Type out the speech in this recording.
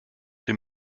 dem